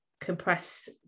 compress